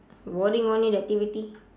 boring only that activity